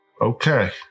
Okay